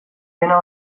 dena